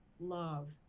love